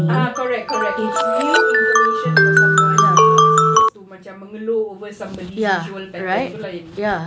ah correct correct it's new information for someone you know as opposed to macam mengeluh over somebody usual pattern tu lain